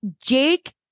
Jake